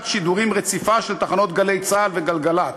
שידורים רציפה של תחנות "גלי צה"ל" וגלגלצ.